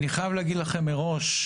אני חייב להגיד לכם מראש,